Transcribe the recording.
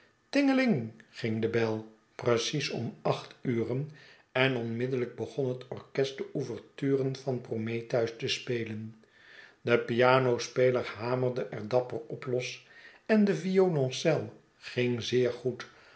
tinglingling ging de bel precies omacht uren en onmiddellijk begon het orkest de ouverture van prometheus te spelen de pianospeler hjamerde er dapper op los en de violoncel ging zeer goed